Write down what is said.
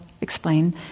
explain